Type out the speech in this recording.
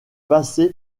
passé